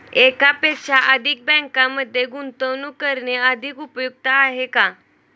एकापेक्षा अधिक बँकांमध्ये गुंतवणूक करणे अधिक उपयुक्त आहे का?